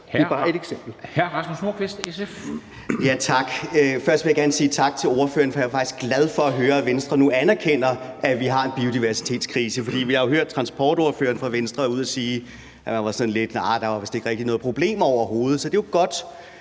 det er bare ét eksempel.